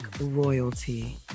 royalty